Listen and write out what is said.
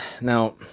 Now